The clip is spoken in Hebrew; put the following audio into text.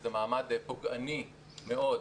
שזה מעמד פוגעני מאוד,